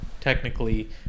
technically